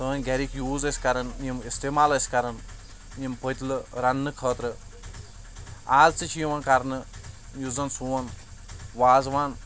سٲنۍ گَرِکۍ یوٗز ٲسۍ کَران یِم اِستعمال ٲسۍ کَران یِم پٕتۍلہٕ رَننہٕ خٲطرٕ آز تہِ چھ یِوان کَرنہٕ یُس زَن سون وازوان